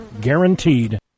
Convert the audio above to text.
Guaranteed